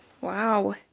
wow